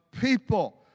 people